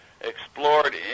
explored